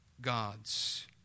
gods